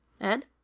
Ed